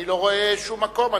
אני לא רואה שום מקום.